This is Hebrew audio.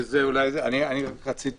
רק רציתי